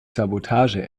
sabotage